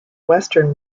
western